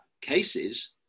cases